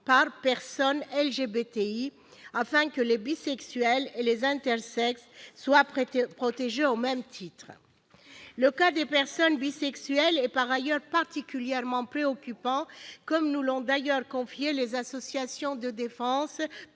par « personnes LGBTQI », afin que les bisexuels et les intersexes soient protégés au même titre. Le cas des personnes bisexuelles est particulièrement préoccupant comme nous l'ont confié les associations de défense